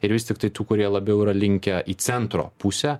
ir vis tiktai tų kurie labiau yra linkę į centro pusę